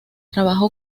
trabajó